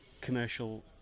commercial